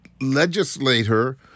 legislator